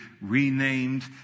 renamed